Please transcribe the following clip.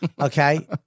okay